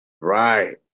right